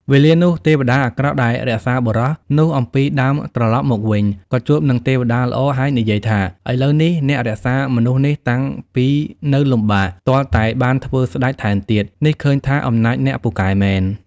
វេលានោះទេវតាអាក្រក់ដែលរក្សាបុរស នោះអំពីដើមត្រឡប់មកវិញ ក៏ជួបនឹងទេវតាល្អហើយនិយាយថា “ឥឡូវនេះអ្នករក្សា មនុស្សនេះតាំងពីនៅលំបាក ទាល់តែបានធ្វើស្ដេចថែមទៀត នេះឃើញថាអំណាចអ្នកពូកែមែន។